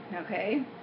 okay